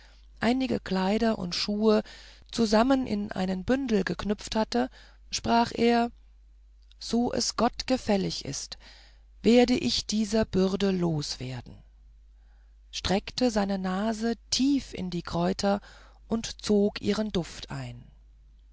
einige kleider und schuhe zusammen in einen bündel geknüpft hatte sprach er so es gott gefällig ist werde ich dieser bürde los werden streckte seine nase tief in die kräuter und zog ihren duft ein